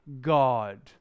God